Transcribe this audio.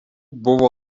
buvo